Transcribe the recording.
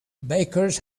bakers